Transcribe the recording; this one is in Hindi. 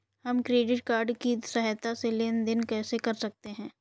हम क्रेडिट कार्ड की सहायता से लेन देन कैसे कर सकते हैं?